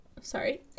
Sorry